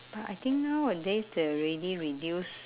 but I think nowadays they already reduce